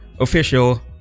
official